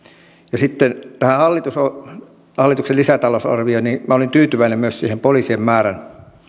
kannattavaa sitten tähän hallituksen lisätalousarvioon minä olin tyytyväinen myös siihen poliisien määrän